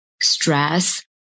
stress